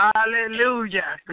Hallelujah